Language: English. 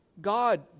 God